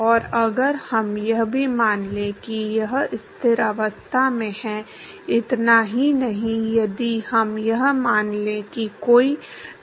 और अगर हम यह भी मान लें कि यह स्थिर अवस्था में है इतना ही नहीं यदि हम यह मान लें कि कोई त्वरण नहीं है